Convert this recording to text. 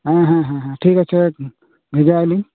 ᱦᱮᱸ ᱦᱮᱸ ᱦᱮᱸ ᱦᱮᱸ ᱴᱷᱤᱠᱟᱪᱷᱮ ᱵᱷᱮᱡᱟᱭᱟᱞᱤᱝ